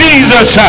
Jesus